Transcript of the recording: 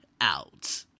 out